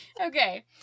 Okay